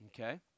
Okay